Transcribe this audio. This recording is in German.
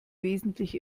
wesentlich